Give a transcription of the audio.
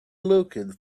looked